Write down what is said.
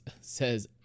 says